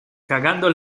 cagando